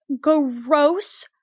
gross